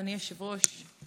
אדוני היושב-ראש,